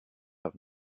have